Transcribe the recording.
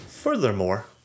Furthermore